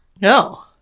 No